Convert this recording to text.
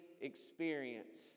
experience